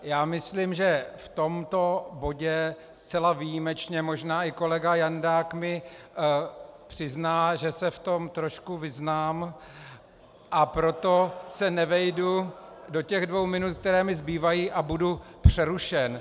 Já myslím, že v tomto bodě, zcela výjimečně možná i kolega Jandák mi přizná, že se v tom trošku vyznám , a proto se nevejdu do těch dvou minut, které mi zbývají, a budu přerušen.